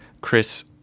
Chris